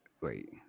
Wait